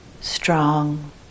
strong